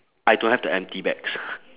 I don't have the empty bags